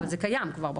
אבל זה קיים כבר בחוק.